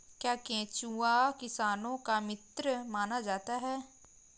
क्या केंचुआ किसानों का मित्र माना जाता है?